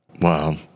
Wow